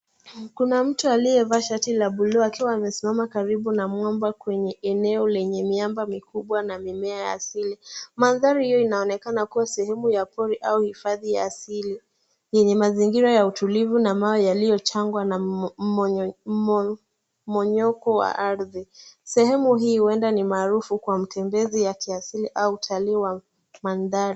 Kuna mtu aliyevaa shati la buluu akiwa amesimama karibu na mwamba kwenye eneo lenye miamba mikubwa na mimea ya asili. Mandhari hiyo inaonekana kuwa sehemu ya pori au hifadhi ya asili yenye mazingira ya utulivu na mawe yaliyochangwa na mmonyoko wa ardhi. Sehemu hii huenda ni maarufu kwa mtembezi ya kiasili au utalii wa mandhari.